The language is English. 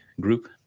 group